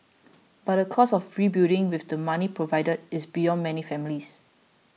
but the cost of rebuilding with the money provided is beyond many families